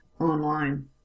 online